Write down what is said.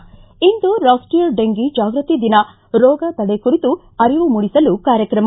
ಿ ಇಂದು ರಾಷ್ಟೀಯ ಡೆಂಗಿ ಜಾಗೃತಿ ದಿನ ರೋಗ ತಡೆ ಕುರಿತು ಅರಿವು ಮೂಡಿಸಲು ಕಾರ್ಯಕ್ರಮ